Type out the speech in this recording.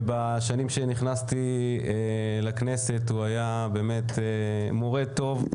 ובשנים שנכנסתי לכנסת הוא היה מורה טוב.